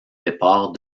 départ